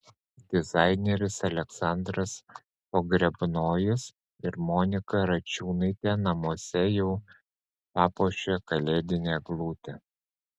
dizaineris aleksandras pogrebnojus ir monika račiūnaitė namuose jau papuošė kalėdinę eglutę